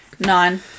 Nine